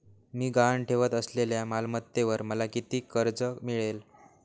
मी गहाण ठेवत असलेल्या मालमत्तेवर मला किती कर्ज मिळेल?